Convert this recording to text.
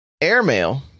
Airmail